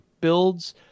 builds